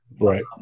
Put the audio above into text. right